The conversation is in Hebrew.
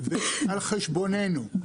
על חשבוננו,